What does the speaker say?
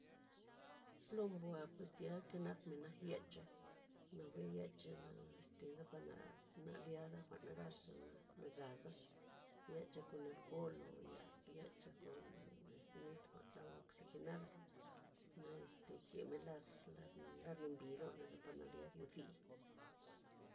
Ploo mbua pues tya kenapmena' yecha, nawe yechana este zaparke nalyada' jwa'n narax za nagaza' yacha kon alkol o ya- yacha kon este nit jwa'n agua oxigenada, naeste kemen lar- lar lar nembi loney parze nalyad yozii.